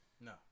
No